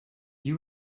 you